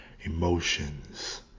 emotions